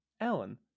Alan